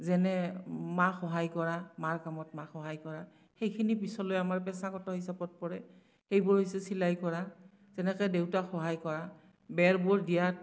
যেনে মাক সহায় কৰা মাৰ কামত মাক সহায় কৰা সেইখিনি পিছলৈ আমাৰ পেছাগত হিচাপত পৰে এইবোৰ হৈছে চিলাই কৰা যেনেকে দেউতাক সহায় কৰা বেৰবোৰ দিয়াত